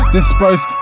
Disperse